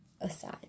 aside